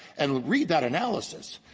and read that analysis.